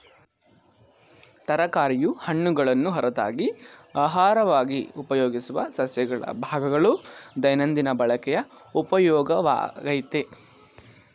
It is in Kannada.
ತರಕಾರಿಯು ಹಣ್ಣುಗಳನ್ನು ಹೊರತಾಗಿ ಅಹಾರವಾಗಿ ಉಪಯೋಗಿಸುವ ಸಸ್ಯಗಳ ಭಾಗಗಳು ದೈನಂದಿನ ಬಳಕೆಯ ಉಪಯೋಗವಾಗಯ್ತೆ